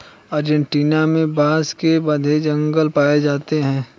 Argentina में बांस के घने जंगल पाए जाते हैं